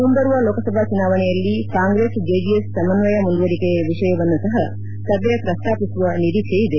ಮುಂಬರುವ ಲೋಕಸಭಾ ಚುನಾವಣೆಯಲ್ಲಿ ಕಾಂಗ್ರೆಸ್ ಜೆಡಿಎಸ್ ಸಮಸ್ವಯ ಮುಂದುವರಿಕೆಯ ವಿಷಯವನ್ನೂ ಸಹ ಸಭೆ ಪ್ರಸ್ತಾಪಿಸುವ ನಿರೀಕ್ಷೆ ಇದೆ